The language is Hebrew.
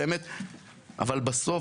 אבל בסוף,